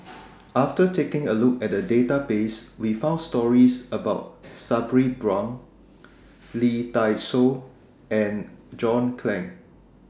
after taking A Look At The Database We found stories about Sabri Buang Lee Dai Soh and John Clang